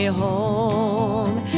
home